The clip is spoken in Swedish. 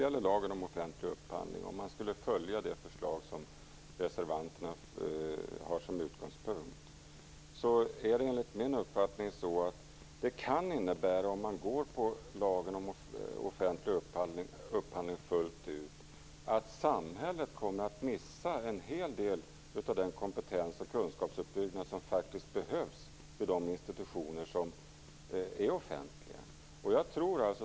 Om man fullt ut skulle följa det förslag som reservanterna har som utgångspunkt när det gäller lagen om offentlig upphandling kan det enligt min uppfattning innebära att samhället kommer att missa en hel del av den kompetens och kunskapsuppbyggnad som faktiskt behövs vid de institutioner som är offentliga.